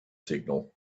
signal